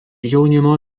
jaunimo